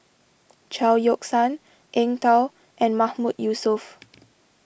Chao Yoke San Eng Tow and Mahmood Yusof